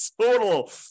total